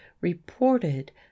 reported